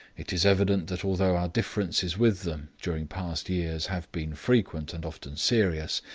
it is evident that although our differences with them, during past years, have been frequent and often serious,